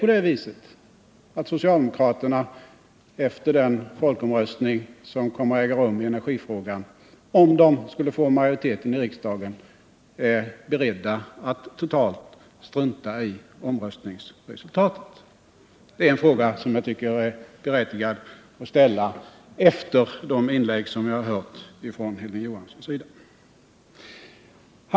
Är det så att socialdemokraterna, om de skulle få majoritet i riksdagen, efter den folkomröstning som kommer att ske i energifrågan är beredda att totalt strunta i omröstningsresultatet? Det är en fråga som jag tycker är berättigad att ställa efter de inlägg som vi har hört från Hilding Johanssons sida. C.-H.